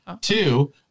Two